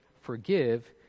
forgive